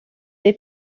they